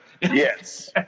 Yes